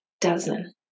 Dozen